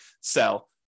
sell